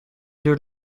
duurt